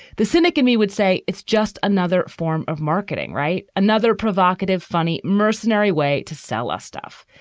the cynic in me would say it's just another form of marketing, right? another provocative, funny, mercenary way to sell us stuff.